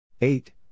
Eight